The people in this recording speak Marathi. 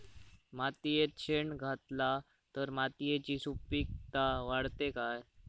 मातयेत शेण घातला तर मातयेची सुपीकता वाढते काय?